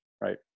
Right